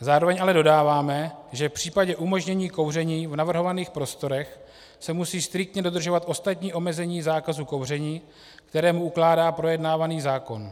Zároveň ale dodáváme, že v případě umožnění kouření v navrhovaných prostorách se musí striktně dodržovat ostatní omezení zákazu kouření, které mu ukládá projednávaný zákon.